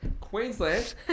Queensland